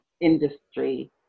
industry